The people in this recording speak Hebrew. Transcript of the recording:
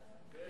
כן.